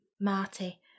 Marty